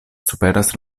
superas